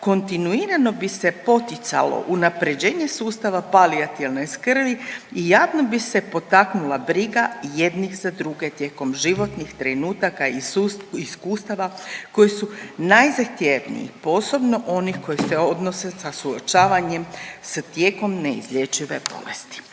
kontinuirano bi se poticalo unaprjeđenje sustava palijativne skrbi i javno bi se potaknula briga jednih za druge tijekom životnih trenutaka i iskustava koji su najzahtjevniji, posebno onih koji se odnose sa suočavanjem sa tijekom neizlječive bolesti.